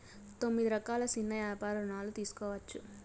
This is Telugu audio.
తొమ్మిది రకాల సిన్న యాపార రుణాలు తీసుకోవచ్చు